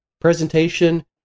Presentation